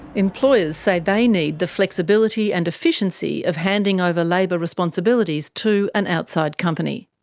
employers say they need the flexibility and efficiency of handing over labour responsibilities to an outside company.